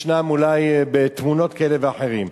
יש אולי בתמונות כאלה ואחרות.